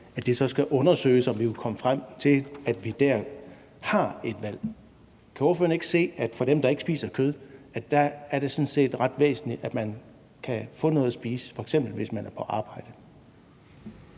at det så skal undersøges, om vi kunne komme frem til, at vi dér har et valg. Kan ordføreren ikke se, at for dem, der ikke spiser kød, er det sådan set ret væsentligt, at man kan få noget at spise, hvis man f.eks. er på arbejde?